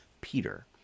Peter